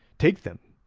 take them,